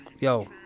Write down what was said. yo